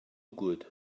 good